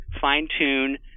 fine-tune